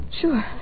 Sure